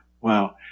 wow